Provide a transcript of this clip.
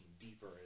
deeper